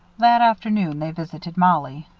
that afternoon, they visited mollie.